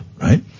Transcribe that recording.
right